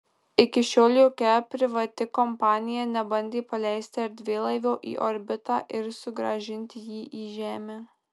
iki šiol jokia privati kompanija nebandė paleisti erdvėlaivio į orbitą ir sugrąžinti jį į žemę